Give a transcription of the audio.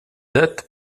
dates